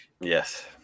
Yes